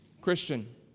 Christian